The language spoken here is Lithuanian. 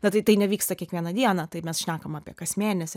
na tai tai nevyksta kiekvieną dieną tai mes šnekam apie kas mėnesį